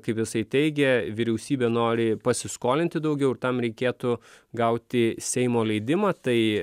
kaip jisai teigė vyriausybė nori pasiskolinti daugiau ir tam reikėtų gauti seimo leidimą tai